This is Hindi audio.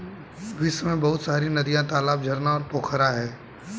विश्व में बहुत सारी नदियां, तालाब, झरना और पोखरा है